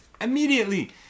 immediately